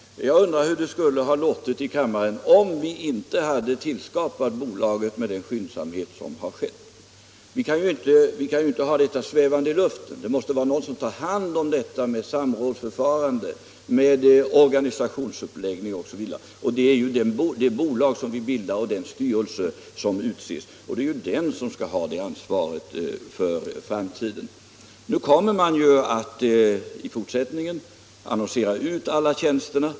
Jag undrar hur det skulle ha låtit i kammaren om vi inte hade skapat bolaget med den skyndsamhet som har skett. Vi kan ju inte ha detta svävande i luften. Det måste finnas någon som tar hand om detta med samrådsförfarande, organisationsuppläggning osv. Det är det bolag som vi bildar och den styrelse som utses som skall ha det ansvaret för framtiden. I fortsättningen kommer man att annonsera ut alla tjänsterna.